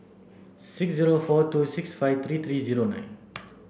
six zero four two six five three three zero nine